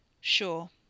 Sure